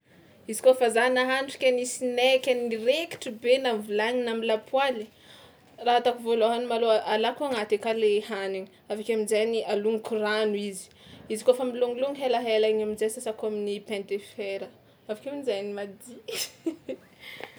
Izy kaofa za nahandro ke nisy nay ke niraikitry be na vilany na am'lapoaly, raha ataoko voalohany malôha alako agnaty aka le hanigny avy ake amin-jainy alonoko rano izy, izy kaofa milonolono helahela igny amin-jay sasako amin'ny paille de fer avy akeo amin-jainy mady.